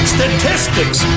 Statistics